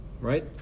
right